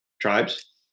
Tribes